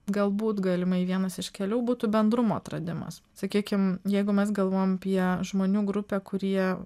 galbūt galimai vienas iš kelių būtų bendrumo atradimas sakykim jeigu mes galvojam apie žmonių grupę kurie